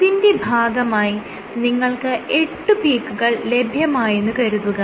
അതിന്റെ ഭാഗമായി നിങ്ങൾക്ക് എട്ട് പീക്കുകൾ ലഭ്യമായെന്ന് കരുതുക